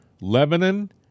Lebanon